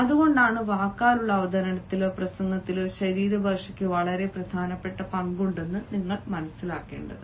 അതുകൊണ്ടാണ് വാക്കാലുള്ള അവതരണത്തിലോ പ്രസംഗത്തിലോ ശരീരഭാഷയ്ക്ക് വളരെ പ്രധാനപ്പെട്ട പങ്കുണ്ടെന്ന് നിങ്ങൾ മനസ്സിലാക്കേണ്ടത്